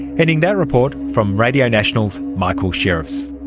ending that report from radio national's michael shirrefs.